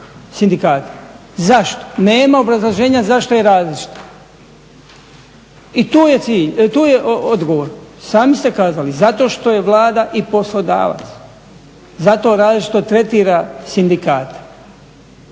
sindikate. Zašto? Nema obrazloženja zašto je različito. I tu je odgovor. Sami ste kazali, zato što je Vlada i poslodavac, zato različito tretira sindikate.